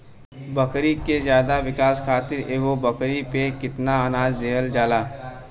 बकरी के ज्यादा विकास खातिर एगो बकरी पे कितना अनाज देहल जाला?